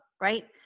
right